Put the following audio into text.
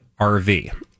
RV